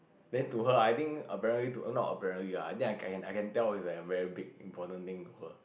then to her I think apparently to not apparently lah I think I can I can tell it's like a very big important thing to her